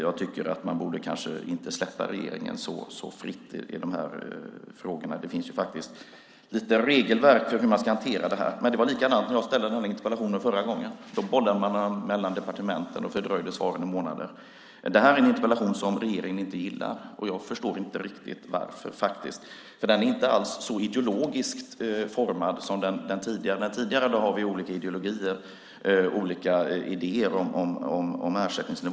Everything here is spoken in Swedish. Jag tycker att man kanske inte borde släppa regeringen så fri i de här frågorna. Det finns faktiskt regelverk för hur man ska hantera detta. Det var likadant när jag ställde den här frågan i en interpellation förra gången. Då bollade man den mellan departementen och fördröjde svaret i månader. Det här är en interpellation som regeringen inte gillar. Jag förstår inte riktigt varför, för den är inte alls så ideologisk som den tidigare om ersättningsnivåerna och hur man ska hantera folk som blir arbetslösa.